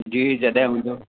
जी जॾहिं मिलो